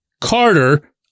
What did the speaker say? Carter